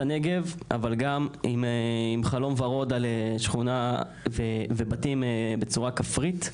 הנגב וגם חלום ורוד על שכונה ובתים בצורה כפרית.